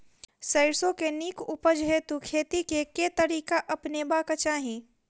सैरसो केँ नीक उपज हेतु खेती केँ केँ तरीका अपनेबाक चाहि?